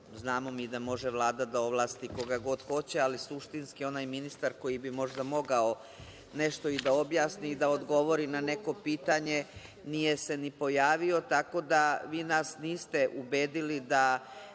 znamo mi da može Vlada da ovlasti koga god hoće, ali suštinski onaj ministar koji bi možda mogao nešto i da objasni i odgovori na neko pitanje nije se ni pojavio, tako da nas niste ubedili da